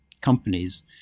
companies